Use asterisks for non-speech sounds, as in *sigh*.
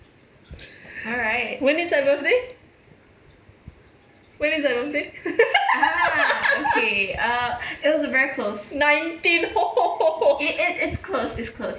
*breath* when is my birthday when is my birthday *laughs* nineteen *laughs*